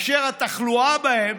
אשר התחלואה בהן